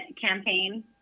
campaign